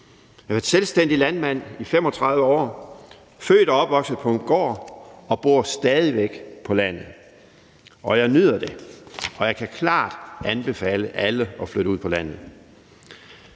Jeg har været selvstændig landmand i 35 år, er født og opvokset på en gård og bor stadig væk på landet, og jeg nyder det, og jeg kan klart anbefale alle at flytte ud på landet.